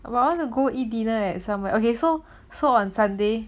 well I wanna go eat dinner at somewhere okay so so on sunday